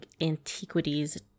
antiquities